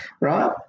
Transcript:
right